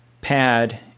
pad